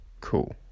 Cool